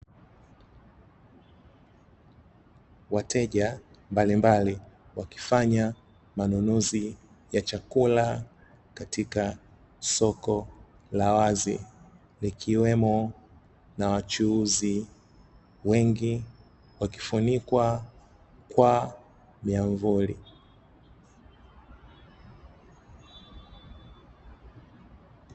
Wateja mbalimbali wakifanya manunuzi ya chakula katika soko la wazi, likiwemo na wachuuzi wengi wakifunikwa kwa miamvuli.